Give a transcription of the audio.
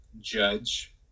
judge